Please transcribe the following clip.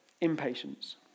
impatience